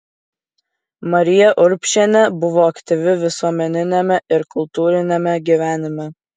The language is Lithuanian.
marija urbšienė buvo aktyvi visuomeniniame ir kultūriniame gyvenime